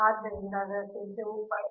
ಆದ್ದರಿಂದ ಅದರ ತ್ರಿಜ್ಯವು